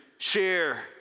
share